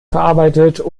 verarbeitet